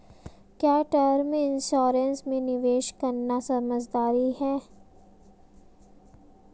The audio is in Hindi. क्या टर्म इंश्योरेंस में निवेश करना समझदारी है?